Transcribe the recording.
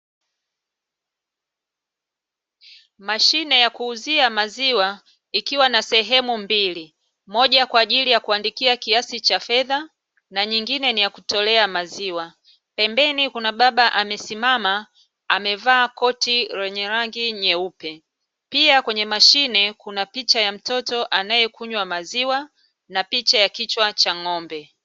Mashine ya kuuzia maziwa ikiwa na sehemu mbili, moja kwa ajili ya kuandikia kiasi cha fedha na nyingine ni ya kutolea maziwa. Pembeni kuna baba amesimama amevaa koti lenye rangi nyeupe. Pia kwenye mashine kuna picha ya mtoto anayekunywa maziwa na picha ya kichwa cha ng'ombe.